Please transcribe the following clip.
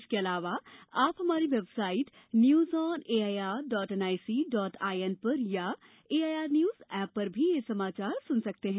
इसके अलावा आप हमारी website news on A I R dot N I C dot I N पर अथवा A I R news app पर भी समाचार सुन सकते हैं